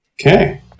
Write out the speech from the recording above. Okay